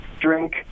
drink